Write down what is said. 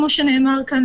כמו שנאמר כאן,